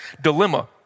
dilemma